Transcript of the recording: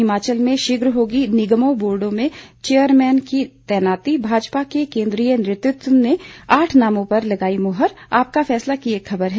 हिमाचल में शीघ्र होगी निगमों बोर्डों में चेयरमैन की तैनाती भाजपा के केन्द्रीय नेतृत्व ने आठ नामों पर लगाई मुहर आपका फैसला की एक खबर है